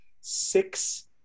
six